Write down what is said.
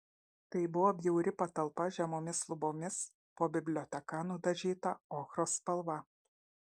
tai buvo bjauri patalpa žemomis lubomis po biblioteka nudažyta ochros spalva